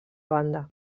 banda